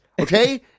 okay